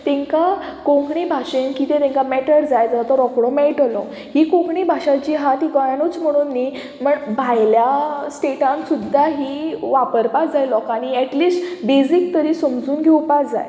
तांकां कोंकणी भाशेन कितें तांकां मॅटर जाय जाल्यार तो रोकडो मेळटलो ही कोंकणी भाशा जी आहा ती गोंयानूच म्हणून न्ही बट भायल्या स्टेटान सुद्दां ही वापरपा जाय लोकांनी एटलिस्ट बेजीक तरी समजून घेवपा जाय